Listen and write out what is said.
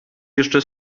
jeszcze